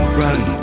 run